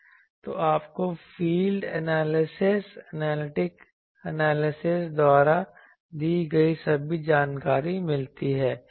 तो आपको field analysis analytic analysis द्वारा दी गई सभी जानकारी मिलती है